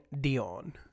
Dion